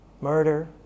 Murder